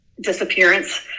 disappearance